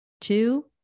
Two